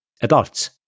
adults